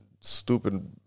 stupid